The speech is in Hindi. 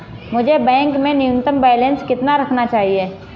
मुझे बैंक में न्यूनतम बैलेंस कितना रखना चाहिए?